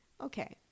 Okay